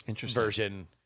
version